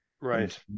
right